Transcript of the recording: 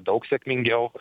daug sėkmingiau